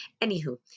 Anywho